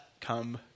come